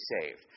saved